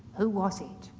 who was it?